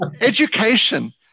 education